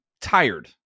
tired